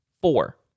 four